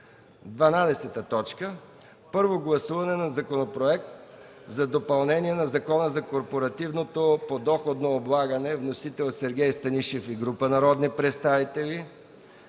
12. Първо гласуване на Законопроект за допълнение на Закона за корпоративното подоходно облагане. Вносител – Сергей Станишев и група народни представители.